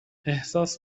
احساس